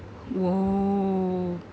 !whoa!